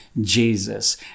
Jesus